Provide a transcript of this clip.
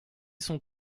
son